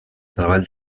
treball